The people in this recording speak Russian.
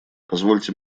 позвольте